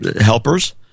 helpers